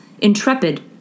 intrepid